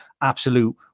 absolute